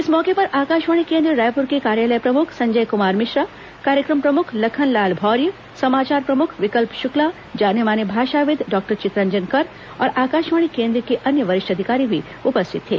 इस मौके पर आकाशवाणी केन्द्र रायपुर के कार्यालय प्रमुख संजय क्मार मिश्रा कार्यक्रम प्रमुख लखनलाल भौर्य समाचार प्रमुख विकल्प शुक्ला जाने माने भाषाविद डॉक्टर चित्तरंजन कर और आकाशवाणी केन्द्र के अन्य वरिष्ठ अधिकारी भी उपस्थित थे